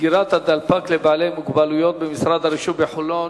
סגירת הדלפק לבעלי מוגבלויות במשרד הרישוי בחולון,